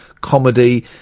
comedy